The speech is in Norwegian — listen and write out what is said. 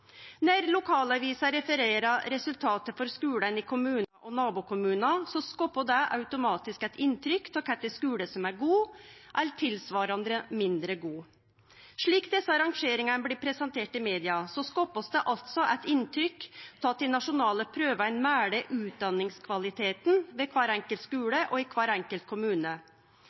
refererer resultata for skulane i kommunen og i nabokommunar, skapar det automatisk eit inntrykk av kva for skular som er gode, eller tilsvarande mindre gode. Slik desse rangeringane blir presenterte i media, blir det altså skapt eit inntrykk av at dei nasjonale prøvene måler utdanningskvaliteten ved kvar enkelt skule og i kvar enkelt kommune.